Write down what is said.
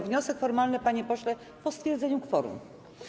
Wniosek formalny, panie pośle, po stwierdzeniu kworum.